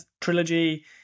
trilogy